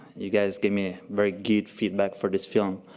you guys gave me very good feedback for this film.